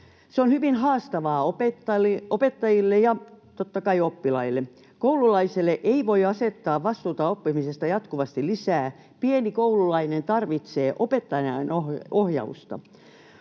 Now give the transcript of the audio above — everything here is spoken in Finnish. Se on hyvin haastavaa opettajille ja totta kai oppilaille. Koululaisille ei voi asettaa vastuuta oppimisesta jatkuvasti lisää, pieni koululainen tarvitsee opettajan ohjausta.